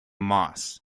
moss